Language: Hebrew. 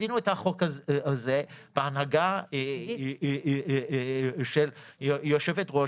עשינו את החוק הזה בהנהגה של יושבת ראש